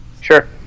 Sure